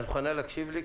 את מוכנה להקשיב לי?